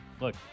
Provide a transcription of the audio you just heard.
look